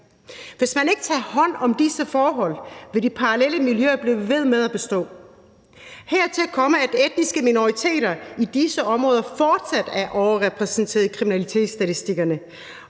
Hvis man ikke tager hånd om disse forhold, vil de parallelle miljøer bliver ved med at bestå. Hertil kommer, at etniske minoriteter i disse områder fortsat er overrepræsenteret i kriminalitetsstatistikkerne,